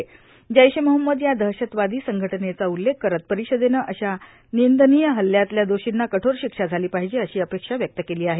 जैश ए मोहम्मद या दहशतवादी संघटनेचा उल्लेख करत परिषदेनं अशा नींदनीय हल्ल्यातल्या दोषींना कठोर शिक्षा झाली पाहिजे अशी अपेक्षा व्यक्त केली आहे